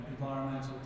environmental